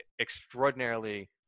extraordinarily